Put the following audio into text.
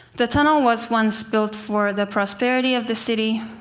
the tunnel was once built for the prosperity of the city,